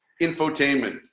infotainment